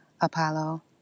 Apollo